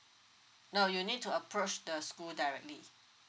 no you need to approach the school directly